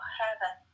heaven